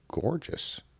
gorgeous